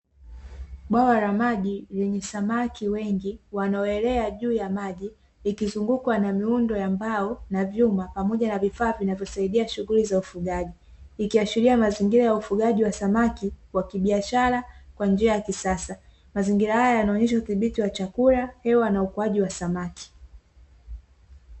Bwawa la maji lenye samaki wengi wanaoelea juu ya maji, likizungukwa na miundo ya mbao na vyuma, pamoja na vifaa vinavyosaidia shughuli za ufugaji. Ikiashiria mazingira ya ufugaji wa samaki wa kibiashara kwa njia ya kisasa, mazingira haya yanaonyesha udhibiti wa chakula, hewa na ukuaji wa samaki.